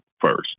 first